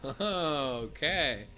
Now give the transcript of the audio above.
Okay